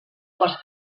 quals